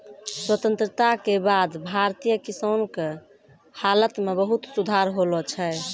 स्वतंत्रता के बाद भारतीय किसान के हालत मॅ बहुत सुधार होलो छै